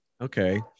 okay